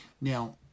Now